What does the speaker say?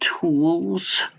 tools